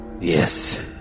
Yes